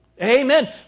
Amen